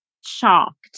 shocked